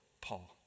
Paul